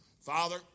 Father